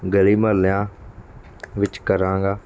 ਗਲੀ ਮੁਹੱਲਿਆਂ ਵਿੱਚ ਕਰਾਂਗਾ